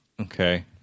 Okay